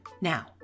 Now